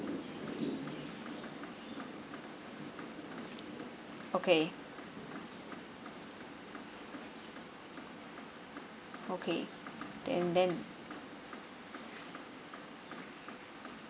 okay okay then then